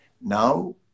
Now